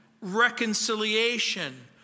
reconciliation